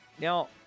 Now